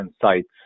sites